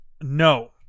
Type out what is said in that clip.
No